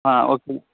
आं ओके